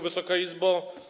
Wysoka Izbo!